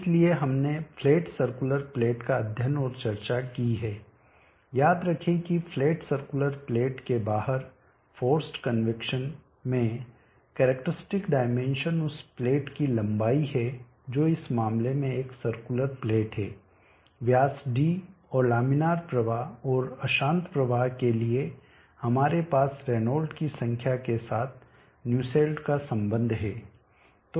इसलिए हमने flat circular plate का अध्ययन और चर्चा की है याद रखें कि फ्लैट सर्कुलर प्लेट के बाहर फोर्सड कन्वैक्शन में कैरेक्टरिस्टिक डायमेंशन उस प्लेट की लंबाई है जो इस मामले में एक सर्कुलर प्लेट है व्यास d और लामिनार प्रवाह और अशांत प्रवाह के लिए है हमारे पास रेनॉल्ड की संख्या के साथ न्यूसेल्ट का संबंध है